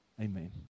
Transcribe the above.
Amen